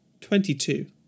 twenty-two